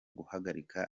guhagarika